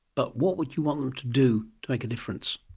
but what would you want them to do to make a difference?